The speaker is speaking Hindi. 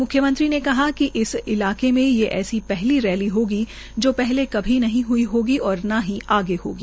म्ख्यमंत्री ने कहा कि इस इलाके में ये ऐसी रैली होगी जो पहले कभी नहीं हई होगी और न ही आगे होगी